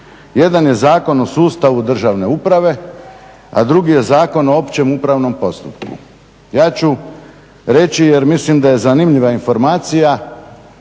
Jedan je Zakon o sustavu državne uprave, a drugi je Zakon o opće upravnom postupku. Ja ću reći jer mislim da je zanimljiva informacija,